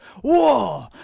whoa